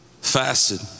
fasted